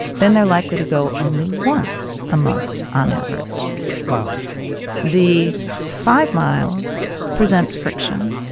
then they're likely to go only once a month on average wow the five miles presents friction.